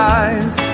eyes